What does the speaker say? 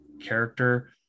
character